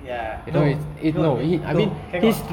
ya no no no cannot